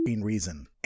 reason